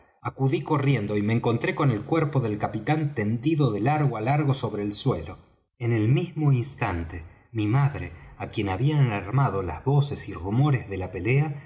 acudí corriendo y me encontré con el cuerpo del capitán tendido de largo á largo sobre el suelo en el mismo instante mi madre á quien habían alarmado las voces y rumores de la pelea